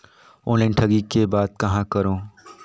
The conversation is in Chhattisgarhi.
ऑनलाइन ठगी के बाद कहां करों?